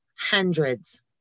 hundreds